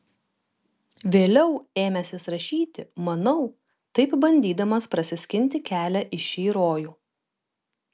vėliau ėmęsis rašyti manau taip bandydamas prasiskinti kelią į šį rojų